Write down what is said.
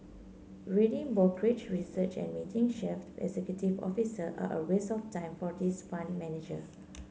reading brokerage research and meeting chief executive officer are a waste of time for this fund manager